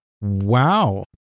Wow